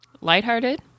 Lighthearted